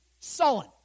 sullen